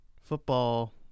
football